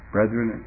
Brethren